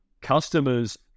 customers